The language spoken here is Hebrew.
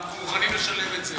ואנחנו מוכנים לשלם את זה.